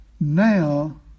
now